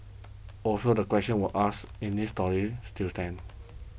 also the questions we asked in this story still stand